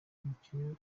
umukene